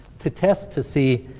to test to see,